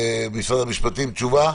משרד המשפטים, תשובה.